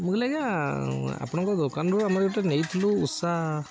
ମୁଁ କହିଲି ଆଜ୍ଞା ଆପଣଙ୍କ ଦୋକାନରୁ ଆମର ଗୋଟେ ନେଇଥିଲୁ ଉଷା